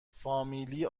فامیلی